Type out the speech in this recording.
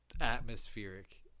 atmospheric